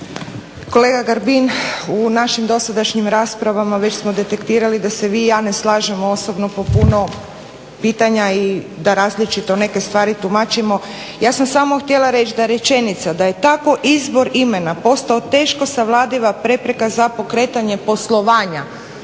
Kolega Grbin u našim dosadašnjim raspravama već smo detektirali da se vi i ja ne slažemo osobno po puno pitanja i da različito neke stvari tumačimo. Ja sam samo htjela reći da rečenica da je tako izbor imena postao teško savladiva prepreka za pokretanje poslovanja